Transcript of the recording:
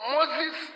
Moses